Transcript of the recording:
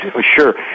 Sure